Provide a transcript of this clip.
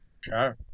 Sure